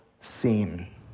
seen